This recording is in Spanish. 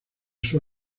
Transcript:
sus